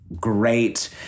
great